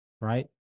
right